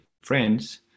friends